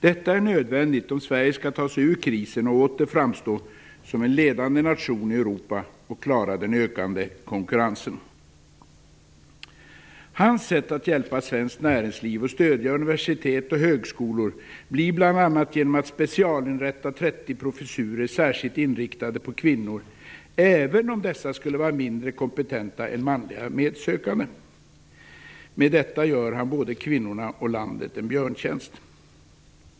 Detta är nödvändigt om Sverige skall ta sig ur krisen och åter framstå som en ledande nation i Europa och för att vi skall klara den ökande konkurrensen. Carl Thams sätt att hjälpa svenskt näringsliv och att stödja universitet och högskolor blir bl.a. att specialinrätta 30 professurer särskilt inriktade på kvinnor, även om dessa skulle vara mindre kompetenta än manliga medsökande. Med detta gör han både kvinnorna och landet en björntjänst.